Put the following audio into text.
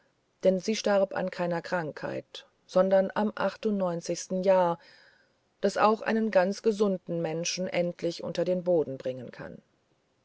denn sie starb an keiner krankheit sondern am jahr das auch einen ganz gesunden menschen endlich unter den boden bringen kann